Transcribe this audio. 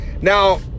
now